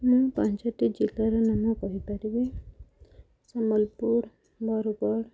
ମୁଁ ପାଞ୍ଚଟି ଜିଲ୍ଲାର ନାମ କହିପାରିବି ସମ୍ବଲପୁର ବରଗଡ଼